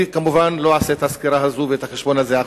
אני כמובן לא אעשה את הסקירה הזאת ואת החשבון הזה עכשיו.